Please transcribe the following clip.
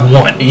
one